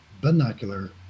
binocular